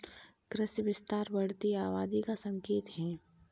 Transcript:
कृषि विस्तार बढ़ती आबादी का संकेत हैं